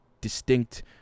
distinct